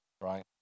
right